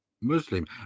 muslim